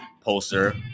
poster